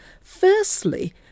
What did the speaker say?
Firstly